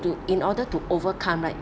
to in order to overcome right